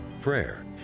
prayer